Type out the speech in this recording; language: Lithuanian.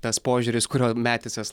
tas požiūris kurio metisas